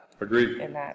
Agreed